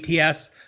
ATS